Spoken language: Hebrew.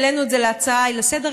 העלינו את זה כהצעה לסדר-היום,